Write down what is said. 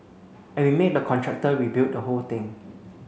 and we made the contractor rebuild the whole thing